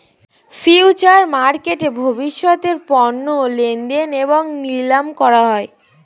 future মার্কেটে ভবিষ্যতের পণ্য লেনদেন এবং নিলাম করা হয়